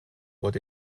what